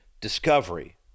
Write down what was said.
discovery